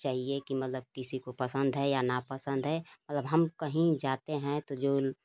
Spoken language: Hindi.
चाहिए मतलब कि किसी क पसंद है या नापसंद है अगर हम कहीं जाते हैं तो जो